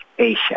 Asia